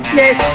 yes